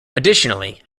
additionally